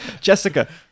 Jessica